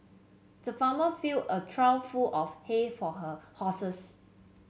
the farmer fill a trough full of hay for her horses